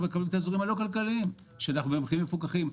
מקבלים את האזורים הלא כלכליים במחירים מפוקחים.